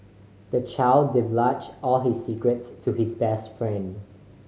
the child divulged all his secrets to his best friend